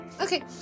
okay